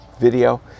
video